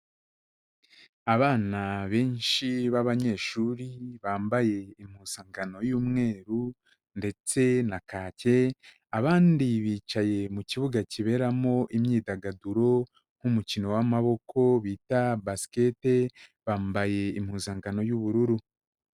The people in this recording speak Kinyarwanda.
Abana benshi b'abanyeshuri bambaye impuzangano y'umweru ndetse na kake, abandi bicaye mu kibuga kiberamo imyidagaduro nk'umukino w'amaboko bita Basket, bambaye impuzangano y'ubururu.